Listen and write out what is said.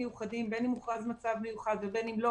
מיוחדים בין אם הוכרז מצב מיוחד ובין אם לא